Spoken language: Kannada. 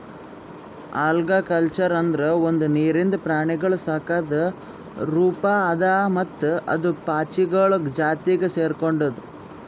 ಆಲ್ಗಾಕಲ್ಚರ್ ಅಂದುರ್ ಒಂದು ನೀರಿಂದ ಪ್ರಾಣಿಗೊಳ್ ಸಾಕದ್ ರೂಪ ಅದಾ ಮತ್ತ ಅದು ಪಾಚಿಗೊಳ್ ಜಾತಿಗ್ ಸೆರ್ಕೊಂಡುದ್